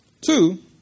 Two